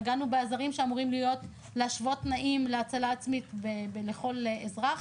נגענו בעזרים שאמורים להשוות תנאים להצלה עצמית לכל אזרח.